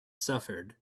suffered